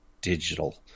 digital